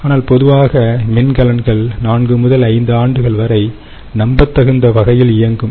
ஆனால் பொதுவாக மின்கலன்கள் 4 முதல் 5 ஆண்டுகள் வரை நம்பத்தகுந்த வகையில் இயங்கும்